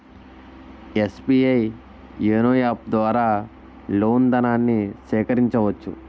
SBI YONO app ద్వారా loan ధనాన్ని సేకరించవచ్చు